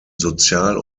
sozial